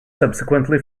subsequently